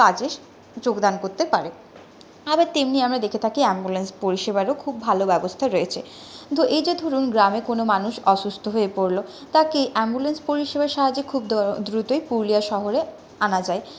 কাজে যোগদান করতে পারে আবার তেমনি আমরা দেখে থাকি অ্যাম্বুলেন্স পরিষেবারও খুব ভালো ব্যবস্থা রয়েছে তো এই যে ধরুন গ্রামে কোনও মানুষ অসুস্থ হয়ে পড়ল তাকে অ্যাম্বুলেন্স পরিষেবার সাহায্যে খুব দ্রুতই পুরুলিয়া শহরে আনা যায়